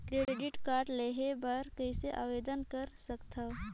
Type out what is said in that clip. Credit card लेहे बर कइसे आवेदन कर सकथव?